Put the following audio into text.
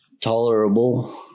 tolerable